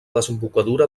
desembocadura